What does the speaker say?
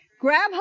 Grab